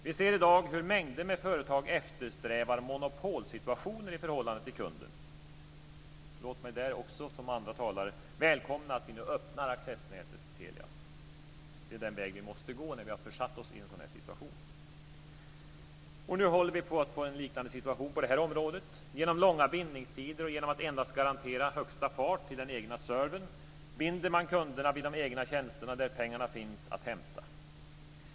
Vi ser i dag hur mängder av företag eftersträvar monopolsituationer i förhållande till kunden. Låt mig där, som andra talare, välkomna att Telias accessnät öppnas. Det är den väg vi måste gå när vi har försatt oss i en sådan situation. Nu håller vi på att få en liknande situation på det området. Genom långa bindningstider och genom att garantera högsta fart endast till den egna servern binder man kunderna vid de egna tjänsterna - där pengarna finns att hämta.